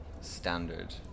standard